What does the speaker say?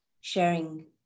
sharing